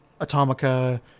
Atomica